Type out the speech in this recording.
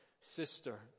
sister